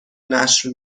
نشر